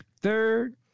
Third